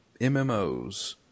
MMOs